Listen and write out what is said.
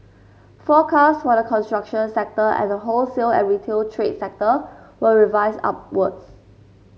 forecasts for the construction sector and the wholesale and retail trade sector were revised upwards